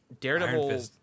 Daredevil